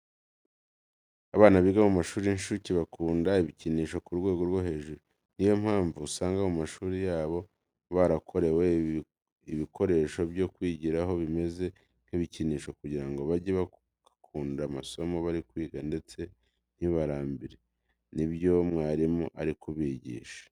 Abana biga mu mashuri y'incuke bakunda ibikinisho ku rwego rwo hejuru. Ni yo mpamvu usanga mu mashuri yabo barakorewe ibikoresho byo kwigiraho bimeze nk'ibikinisho kugira ngo bajye bakunda amasomo bari kwiga ndetse ntibarambirwe n'ibyo mwarimu ari kubigisha.